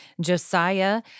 Josiah